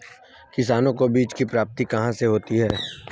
किसानों को बीज की प्राप्ति कहाँ से होती है?